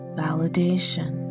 validation